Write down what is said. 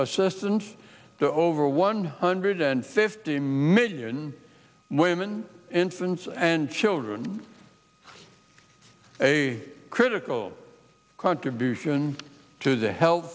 assistance to over one hundred and fifty million women infants and children a critical contribution to the health